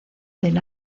del